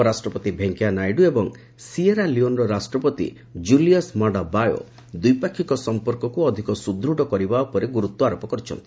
ଉପରାଷ୍ଟ୍ରପତି ଭେଙ୍କିୟାନାଇଡ଼ୁ ଏବଂ ସିଏରାଲିଓନର ରାଷ୍ଟ୍ରପତି ଜୁଲିୟସ୍ ମାଡା ବାୟୋ ଦ୍ୱିପାକ୍ଷିକ ସଂପର୍କକୁ ଅଧିକ ସୁଦୃଢ଼ କରିବା ଉପରେ ଗୁରୁତ୍ୱାରୋପ କରିଛନ୍ତି